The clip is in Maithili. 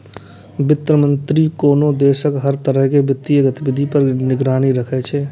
वित्त मंत्री कोनो देशक हर तरह के वित्तीय गतिविधि पर निगरानी राखै छै